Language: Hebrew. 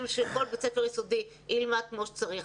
שכל בית ספר יסודי ילמד כמו שצריך.